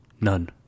None